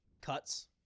cuts